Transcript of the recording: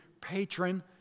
patron